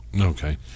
okay